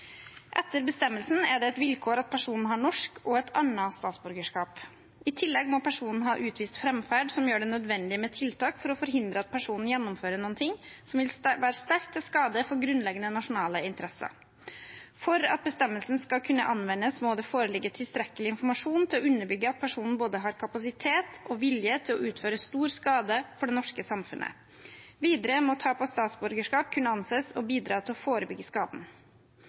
Etter bestemmelsen er det et vilkår at personen har norsk og et annet statsborgerskap. I tillegg må personen ha utvist framferd som gjør det nødvendig med tiltak for å forhindre at personen gjennomfører noe som vil være sterkt til skade for grunnleggende nasjonale interesser. For at bestemmelsen skal kunne anvendes må det foreligge tilstrekkelig informasjon til å underbygge at personen har både kapasitet og vilje til å utføre stor skade for det norske samfunnet. Videre må tap av statsborgerskap kunne anses å bidra til å forebygge skaden.